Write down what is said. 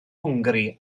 hwngari